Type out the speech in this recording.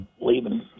leaving